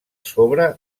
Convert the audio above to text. sobre